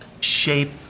shape